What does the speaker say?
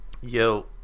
Yo